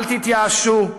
אל תתייאשו,